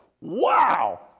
Wow